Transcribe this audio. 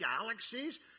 galaxies